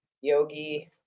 yogi